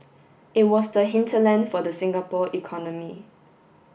it was the hinterland for the Singapore economy